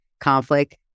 conflict